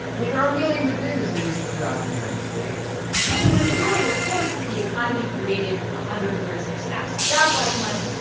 i mean, there are millions of businesses throughout the united states so when the bureau reports that the economy created one ah hundred and thirty six thousand jobs last month,